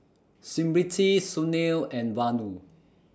Smriti Sunil and Vanu